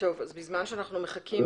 אני רוצה להתייחס